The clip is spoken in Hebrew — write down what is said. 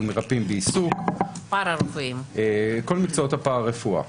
כל מקצועות הפרא רפואה.